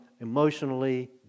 emotionally